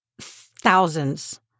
thousands